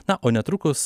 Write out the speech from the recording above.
na o netrukus